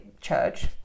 church